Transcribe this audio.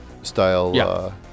style